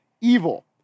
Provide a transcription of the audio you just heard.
evil